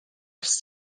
ers